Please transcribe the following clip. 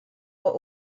were